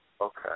okay